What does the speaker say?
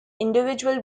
individual